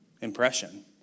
impression